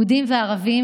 יהודים וערבים,